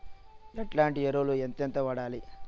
ఎట్లాంటి ఎరువులు ఎంతెంత వాడాలి?